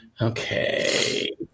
Okay